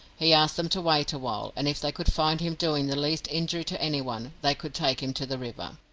he asked them to wait a while, and if they could find him doing the least injury to anyone they could take him to the river.